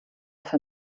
für